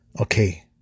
Okay